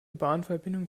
bahnverbindung